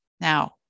Now